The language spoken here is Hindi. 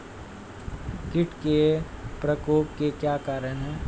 कीट के प्रकोप के क्या कारण हैं?